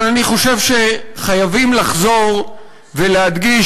אבל אני חושב שחייבים לחזור ולהדגיש,